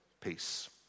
peace